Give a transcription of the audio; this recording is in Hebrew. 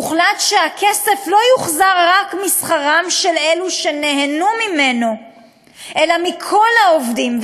הוחלט שהכסף לא יוחזר רק משכרם של אלה שנהנו ממנו אלא מכל העובדים,